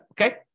Okay